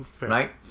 right